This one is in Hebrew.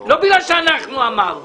ולא בגלל שאנחנו אמרנו אלא